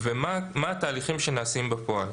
ומה התהליכים שנעשים בפועל?